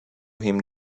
him